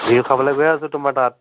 বিহু খাবলৈ গৈ আছোঁ তোমাৰ তাত